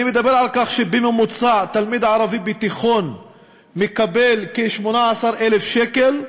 אני מדבר על כך שתלמיד ערבי בתיכון מקבל בממוצע כ-18,000 שקל,